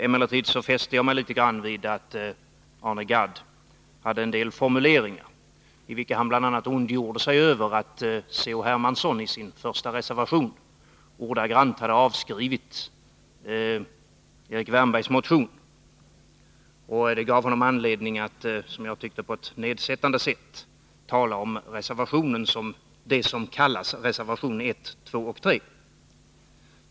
Emellertid fäste jag mig vid en del formuleringar i Arne Gadds anförande. Han ondgjorde sig bl.a. över att C.-H. Hermansson i sin första reservation ordagrant hade skrivit av Erik Wärnbergs motion. Det gav Arne Gadd anledning att, som jag tyckte, på ett nedsättande vis beskriva reservationerna som ”det som kallas” reservationerna 1, 2 och 3.